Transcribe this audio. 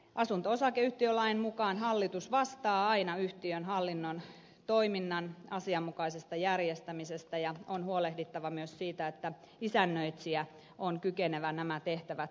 asunto osakeyhtiölain mukaan hallitus vastaa aina yhtiön hallinnon toiminnan asianmukaisesta järjestämisestä ja on huolehdittava myös siitä että isännöitsijä on kykenevä nämä tehtävät suorittamaan